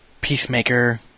Peacemaker